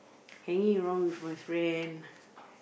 hanging around with my friend